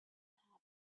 happen